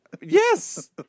Yes